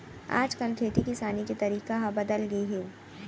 आज काल खेती किसानी के तरीका ह बदल गए हे